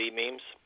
memes